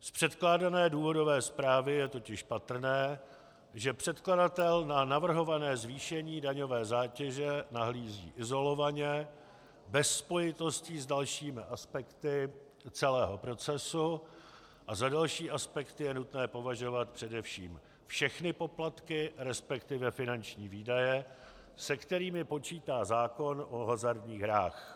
Z předkládané důvodové zprávy je totiž patrné, že předkladatel na navrhované zvýšení daňové zátěže nahlíží izolovaně, bez spojitostí s dalšími aspekty celého procesu, a za další aspekty je nutné považovat především všechny poplatky, resp. finanční výdaje, se kterými počítá zákon o hazardních hrách.